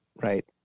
Right